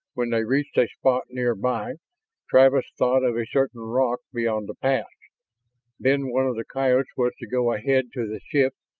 when they reached a spot near-by travis thought of a certain rock beyond the pass then one of the coyotes was to go ahead to the ship.